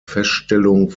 feststellung